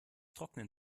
trocknen